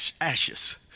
ashes